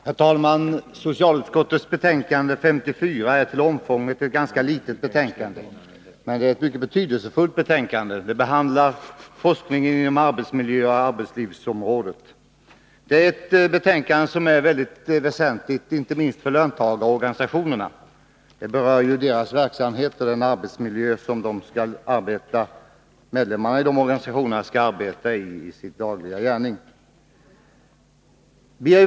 Herr talman! Socialutskottets betänkande 54 är till omfånget ganska litet, men det är mycket betydelsefullt. Det behandlar forskningen inom arbetsmiljöoch arbetslivsområdet. Det är ett betänkande som är mycket väsentligt, inte minst för löntagarorganisationerna — det berör ju deras verksamhet och den arbetsmiljö som deras medlemmar skall arbeta i i sin dagliga gärning.